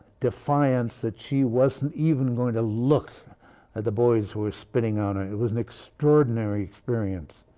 defiance that she wasn't even going to look at the boys who were spitting on her. it was an extraordinary experience.